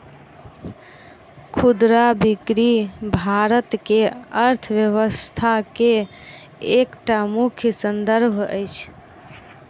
खुदरा बिक्री भारत के अर्थव्यवस्था के एकटा मुख्य स्तंभ अछि